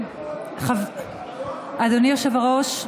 אדוני היושב-ראש,